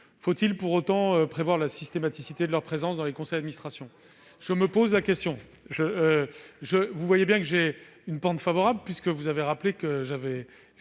Faut-il pour autant prévoir la systématicité de leur présence dans les conseils d'administration ? Je me pose la question. Vous savez que ma pente est favorable, puisque vous avez rappelé que j'avais